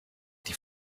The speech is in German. die